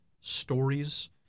stories